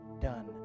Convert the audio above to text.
done